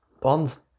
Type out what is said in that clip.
Bond's